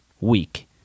week